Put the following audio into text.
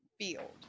field